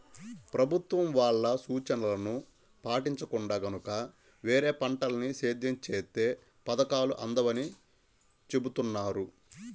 ప్రభుత్వం వాళ్ళ సూచనలను పాటించకుండా గనక వేరే పంటల్ని సేద్యం చేత్తే పథకాలు అందవని చెబుతున్నారు